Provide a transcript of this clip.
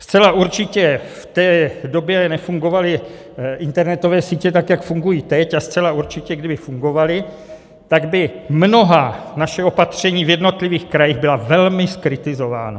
Zcela určitě v té době nefungovaly internetové sítě tak, jak fungují teď, a zcela určitě kdyby fungovaly, tak by mnohá naše opatření v jednotlivých krajích byla velmi zkritizována.